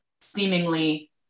seemingly